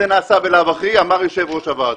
זה ממילא נעשה ואמר את זה יושב-ראש הוועדה.